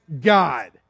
God